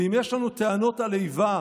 ואם יש לנו טענות על איבה,